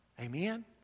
Amen